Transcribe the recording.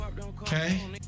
Okay